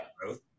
growth